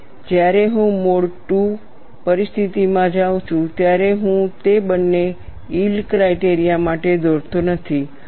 જ્યારે હું mode II પરિસ્થિતિમાં જાઉં છું ત્યારે હું તેને બંને યીલ્ડ ક્રાઇટેરિયા માટે દોરતો નથી